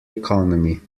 economy